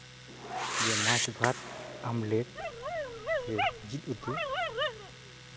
ᱡᱮ ᱢᱟᱪᱷ ᱵᱷᱟᱛ ᱟᱢᱞᱮᱴ ᱥᱮ ᱡᱤᱞ ᱩᱛᱩ